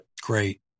Great